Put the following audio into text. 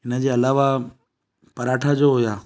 इनजे अलावा पराठा जो हुआ